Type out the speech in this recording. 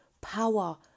power